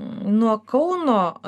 nuo kauno